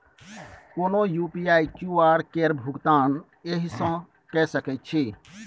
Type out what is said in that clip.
कोनो UPI QR केर भुगतान एहिसँ कए सकैत छी